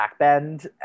backbend